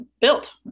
built